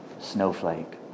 snowflake